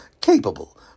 capable